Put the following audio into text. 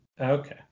okay